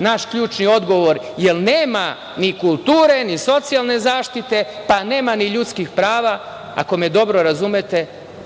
naš ključni odgovor, jer nema ni kulture, ni socijalne zaštite, pa nema ni ljudskih prava, ako me dobro razumete,